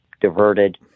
diverted